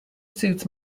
suits